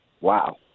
wow